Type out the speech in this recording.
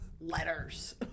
letters